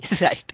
Right